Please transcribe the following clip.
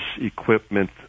equipment